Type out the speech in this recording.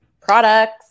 products